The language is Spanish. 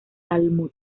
talmud